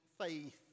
faith